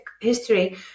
history